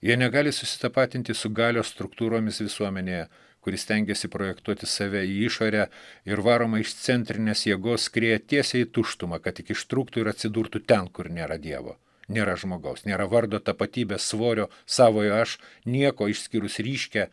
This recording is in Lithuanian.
jie negali susitapatinti su galios struktūromis visuomenėje kuri stengiasi projektuoti save į išorę ir varoma išcentrinės jėgos skrieja tiesiai į tuštumą kad tik ištrūktų ir atsidurtų ten kur nėra dievo nėra žmogaus nėra vardo tapatybės svorio savojo aš nieko išskyrus ryškią